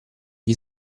gli